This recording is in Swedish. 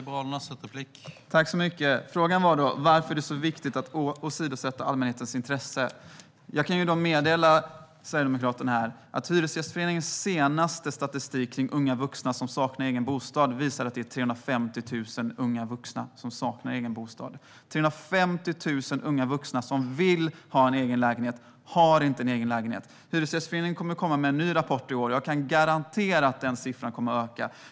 Herr talman! Frågan var: Varför är det så viktigt att åsidosätta allmänhetens intresse? Jag kan då meddela Sverigedemokraterna att Hyresgästföreningens senaste statistik om unga vuxna som saknar egen bostad visar att det är 350 000 unga vuxna som saknar egen bostad. 350 000 unga vuxna som vill ha en egen lägenhet har inte det. Hyresgästföreningen kommer att komma med en ny rapport i år, och jag kan garantera att denna siffra kommer att öka.